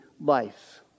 life